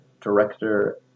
director